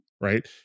Right